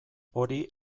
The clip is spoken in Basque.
hori